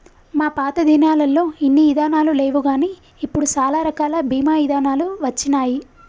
మా పాతదినాలల్లో ఇన్ని ఇదానాలు లేవుగాని ఇప్పుడు సాలా రకాల బీమా ఇదానాలు వచ్చినాయి